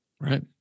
right